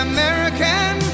American